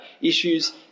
issues